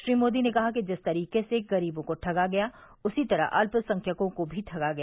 श्री मोदी ने कहा कि जिस तरीके से गरीबों को ठगा गया उसी तरह अल्पसंख्यकों को भी ठगा गया